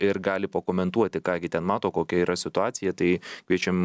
ir gali pakomentuoti ką gi ten mato kokia yra situacija tai kviečiam